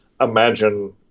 imagine